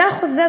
זה החוזה,